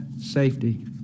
safety